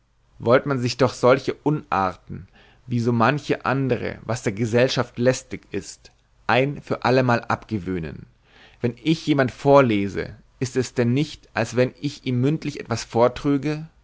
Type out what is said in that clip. wollte man sich doch solche unarten wie so manches andre was der gesellschaft lästig ist ein für allemal abgewöhnen wenn ich jemand vorlese ist es denn nicht als wenn ich ihm mündlich etwas vortrüge